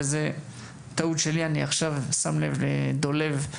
זו טעות שלי ואני שם לב לזה עכשיו.